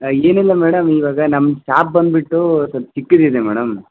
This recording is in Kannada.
ಏನಿಲ್ಲ ಮೇಡಮ್ ಇವಾಗ ನಮ್ಮ ಶಾಪ್ ಬಂದ್ಬಿಟ್ಟು ಸೊಲ್ಪ ಚಿಕ್ಕದು ಇದೆ ಮೇಡಮ್